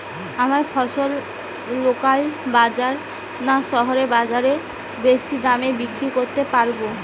আমরা ফসল লোকাল বাজার না শহরের বাজারে বেশি দামে বিক্রি করতে পারবো?